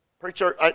Preacher